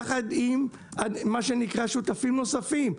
יחד עם מה שנקרא שותפים נוספים,